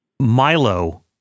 Milo